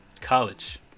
college